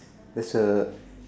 there's a